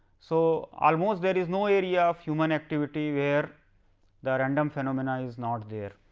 so, almost there is no area human activity, where the random phenomena is not there.